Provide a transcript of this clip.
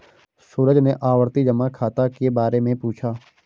सूरज ने आवर्ती जमा खाता के बारे में पूछा